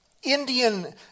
Indian